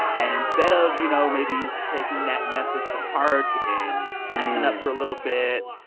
and instead of, you know, maybe taking that message to heart and backing up for a little bit,